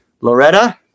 Loretta